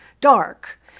dark